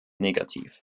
negativ